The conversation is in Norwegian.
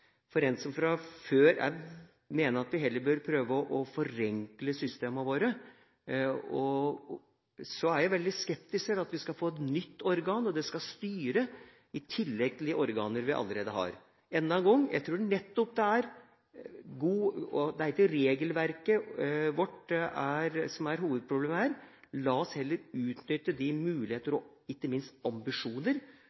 fylkeskommunen. Jeg mener fra før at vi heller bør prøve å forenkle systemene våre, så jeg er veldig skeptisk til at vi skal få et nytt organ, og at det skal styre i tillegg til de organene vi allerede har. Enda en gang: Jeg tror ikke det er regelverket vårt som er hovedproblemet her. La oss heller utnytte de muligheter